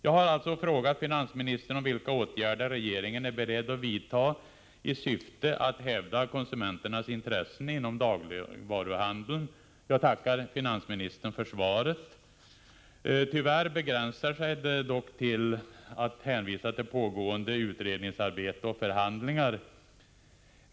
Jag tackar finansministern för svaret. Tyvärr begränsar det sig dock till att hänvisa till pågående utredningsarbete och förhandlingar.